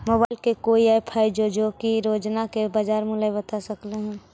Mobile के कोइ app है जो कि रोजाना के बाजार मुलय बता सकले हे?